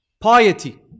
piety